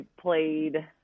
played